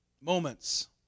moments